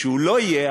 כשהוא לא יהיה,